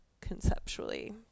conceptually